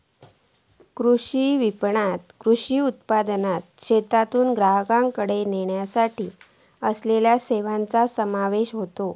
कृषी विपणणात कृषी उत्पादनाक शेतातून ग्राहकाकडे नेवसाठी असलेल्या सेवांचो समावेश होता